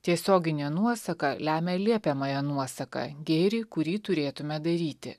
tiesioginė nuosaka lemia liepiamąją nuosaką gėrį kurį turėtume daryti